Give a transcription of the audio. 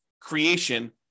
creation